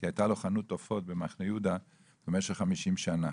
כי הייתה לו חנות עופות במחנה יהודה במשך 50 שנה.